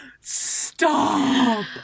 Stop